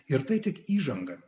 ir tai tik įžanga